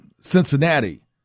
Cincinnati